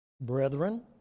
brethren